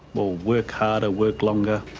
we'll work harder, work longer,